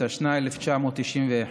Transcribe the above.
התשנ"א 1991,